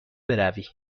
بروی